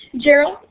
Gerald